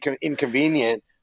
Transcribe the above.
inconvenient